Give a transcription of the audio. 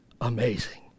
amazing